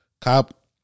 Cop